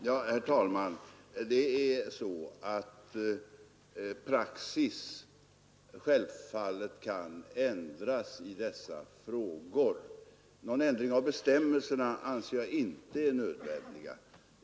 Herr talman! Den praxis som tillämpas i sådana här frågor kan självfallet ändras. Någon ändring av bestämmelserna anser jag dock inte vara nödvändig.